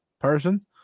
person